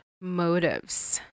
motives